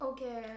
Okay